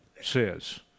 says